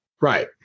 Right